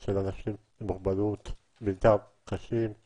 של הנכים עם מוגבלות, וגם קשישים.